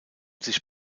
sich